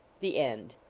the end.